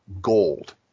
gold